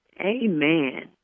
Amen